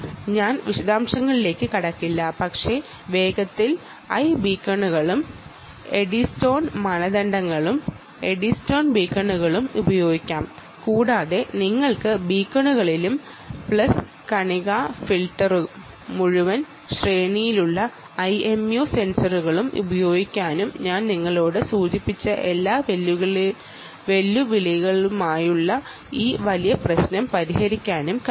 ഞാൻ വിശദാംശങ്ങളിലേക്ക് കടക്കില്ല പക്ഷേ വേഗത്തിൽ ഐബീകോണുകളും എഡ്ഡിസ്റ്റോൺ മാനദണ്ഡങ്ങളും പറയാം എഡ്ഡിസ്റ്റോൺ ബീക്കണുകളും ഉപയോഗിക്കാം കൂടാതെ നിങ്ങൾക്ക് ബീക്കണുകളും പ്ലസ് പാർട്ടിക്കിൾ ഫിൽട്ടറും മുഴുവൻ ശ്രേണിയിലുള്ള IMU സെൻസറുകളും ഉപയോഗിക്കാനും ഞാൻ നിങ്ങളോട് സൂചിപ്പിച്ച എല്ലാ വെല്ലുവിളികളിലുമുള്ള ഈ വലിയ പ്രശ്നം പരിഹരിക്കാനും കഴിയും